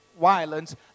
violence